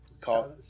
Call